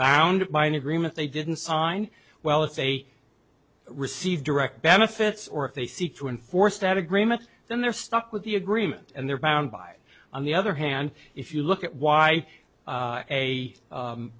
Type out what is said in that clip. bound by an agreement they didn't sign well if they receive direct benefits or if they seek to enforce that agreement then they're stuck with the agreement and they're bound by on the other hand if you look at why a